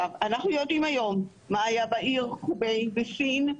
אנחנו יודעים היום מה היה בעיר חוביי בסין.